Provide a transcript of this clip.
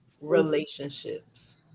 relationships